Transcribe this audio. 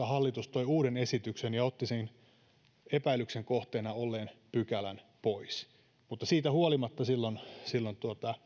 hallitus toi uuden esityksen ja otti sen epäilyksen kohteena olleen pykälän pois siitä huolimatta silloin silloin